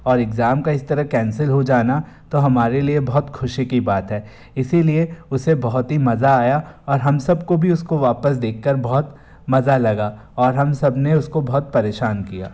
और इग्ज़ाम का इस तरह कैंसिल हो जाना तो हमारे लिए बहुत खुशी की बात है इसी लिए उसे बहुत ही मज़ा आया और हम सबको भी उसको वापस देखकर बहुत मज़ा लगा और हम सब ने उसको बहुत परेशान किया